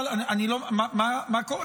מה קורה?